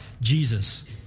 Jesus